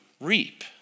reap